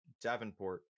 Davenport